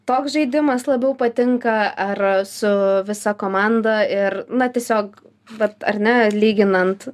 toks žaidimas labiau patinka ar su visa komanda ir na tiesiog vat ar ne lyginant